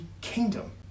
kingdom